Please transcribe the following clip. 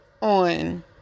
on